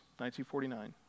1949